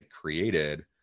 created